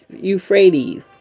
Euphrates